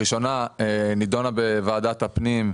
הראשונה נידונה בוועדת הפנים,